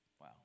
Wow